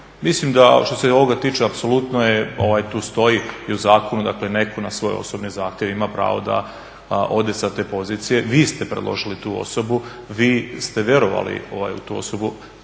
Mislim da što se ovoga tiče apsolutno tu stoji i u zakonu dakle netko na svoj osobni zahtjev ima pravo da ode sa te pozicije. Vi ste predložili tu osobu, vi ste vjerovali u tu osobu.